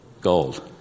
gold